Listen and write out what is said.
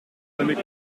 jamais